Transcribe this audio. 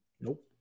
Nope